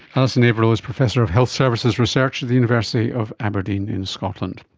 alison avenell is professor of health services research at the university of aberdeen in scotland.